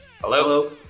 Hello